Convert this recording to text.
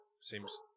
seems